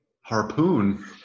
harpoon